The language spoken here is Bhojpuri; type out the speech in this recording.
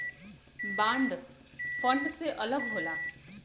बांड फंड से अलग होला